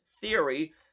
theory